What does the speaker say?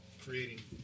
creating